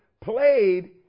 played